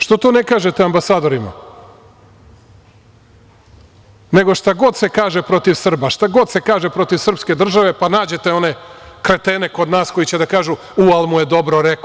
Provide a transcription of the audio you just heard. Što to ne kažete ambasadorima, nego šta god se kaže protiv Srba, šta god se kaže protiv srpske države, pa nađete one kretene kod nas koji će da kažu – u, ala mu je dobro rekao.